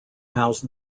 housed